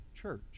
church